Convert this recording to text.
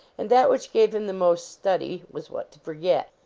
and that which gave him the most study was what to forget.